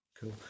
cool